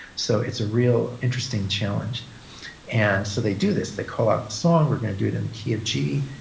so it's a real interesting challenge and so, they do this. they call out the song. we're going to do it in the key of g.